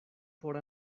por